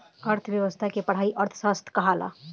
अर्थ्व्यवस्था के पढ़ाई अर्थशास्त्र कहाला